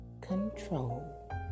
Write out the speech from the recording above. control